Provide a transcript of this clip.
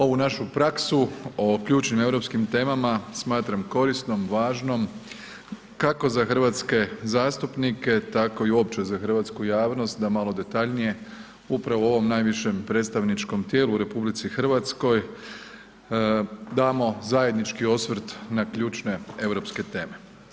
Ovu našu praksu o ključnim europskim temama smatram korisnom, važnom kako za hrvatske zastupnike, tako i uopće za hrvatsku javnost da malo detaljnije upravo u ovom najvišem predstavničkom tijelu u RH damo zajednički osvrt na ključne europske teme.